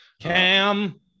Cam